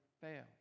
fail